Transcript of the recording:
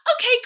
okay